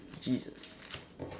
Jesus